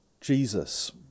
Jesus